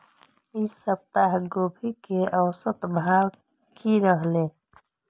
ई सप्ताह गोभी के औसत भाव की रहले?